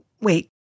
Wait